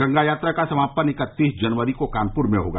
गंगा यात्रा का समापन इकत्तीस जनवरी को कानपुर में होगा